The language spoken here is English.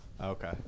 okay